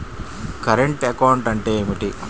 Current account అంటే ఏమిటి?